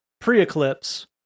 pre-eclipse